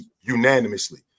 unanimously